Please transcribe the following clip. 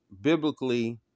biblically